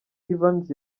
evans